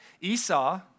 Esau